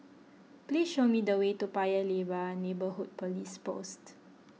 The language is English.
please show me the way to Paya Lebar and Neighbourhood Police Post